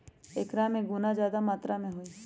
एकरा में गुना जादा मात्रा में होबा हई